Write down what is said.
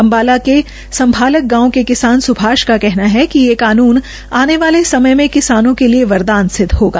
अम्बाला के सम्भालख गाँव के किसान सुभाष का कहना है कि यह कानून आने वाले समय मे किसानों के लिए वरदान सिद्ध होगा